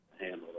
handle